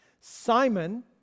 Simon